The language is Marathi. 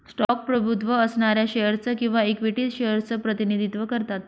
स्टॉक प्रभुत्व असणाऱ्या शेअर्स च किंवा इक्विटी शेअर्स च प्रतिनिधित्व करतात